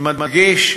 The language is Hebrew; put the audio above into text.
אני מדגיש,